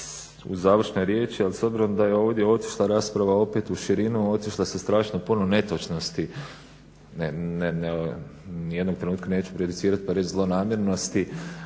u završnoj riječi, ali s obzirom da je ovdje otišla rasprava opet u širinu, otišla sa strašno puno netočnosti, nijednog trenutka neću prejudicirat pa reći zlonamjernosti